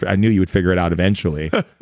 i knew you would figure it out eventually.